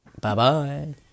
Bye-bye